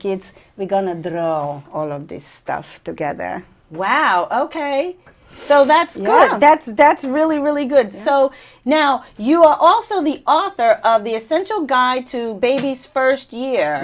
kids we going to drill all of this stuff together wow ok so that's that's that's really really good so now you are also the author of the essential guide to baby's first year